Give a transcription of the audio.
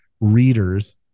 readers